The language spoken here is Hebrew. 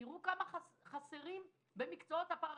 תראו כמה חסרים במקצועות הפרה-רפואיים.